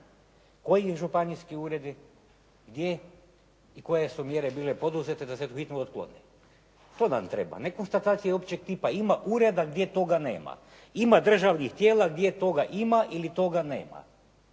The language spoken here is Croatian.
Koji županijski uredi, gdje i koje su mjere bile poduzete da se … /Govornik se ne razumije./ … otkloni? To nam treba, ne konstatacije općeg tipa. Ima ureda gdje toga nema, ima državnih tijela gdje toga ima ili toga nema.